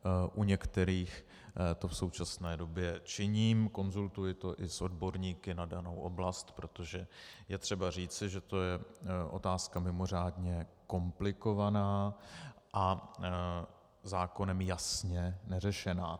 U některých to v současné době činím, konzultuji to i s odborníky na danou oblast, protože je třeba říci, že to je otázka mimořádně komplikovaná a zákonem jasně neřešená.